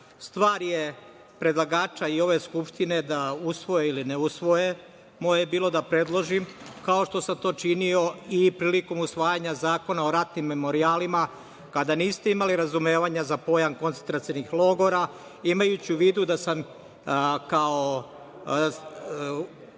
Stvar je predlagača i ove Skupštine da usvoje ili ne usvoje. Moje je bilo da predložim, kao što sam to činio i prilikom usvajanja Zakona o ratnim memorijalima kada niste imali razumevanja za pojam koncentracionih logora, imajući u vidu da sam kao